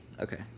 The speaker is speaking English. Okay